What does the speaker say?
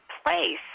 Place